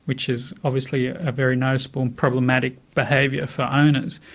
which is obviously a very noticeable and problematic behaviour for owners.